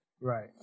Right